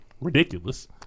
Ridiculous